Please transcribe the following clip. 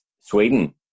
Sweden